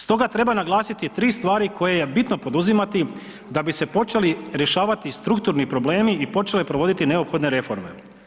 Stoga treba naglasiti 3 stvari koje je bitno poduzimati da bi se počeli rješavati strukturni problemi i počele provoditi neophodne reforme.